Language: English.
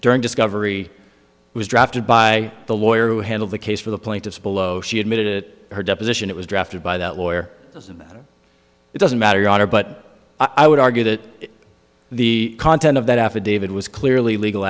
during discovery was drafted by the lawyer who handled the case for the plaintiffs below she admitted it her deposition it was drafted by that lawyer doesn't that it doesn't matter your honor but i would argue that the content of that affidavit was clearly legal